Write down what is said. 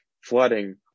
flooding